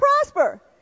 prosper